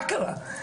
מה קרה?